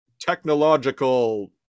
technological